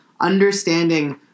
understanding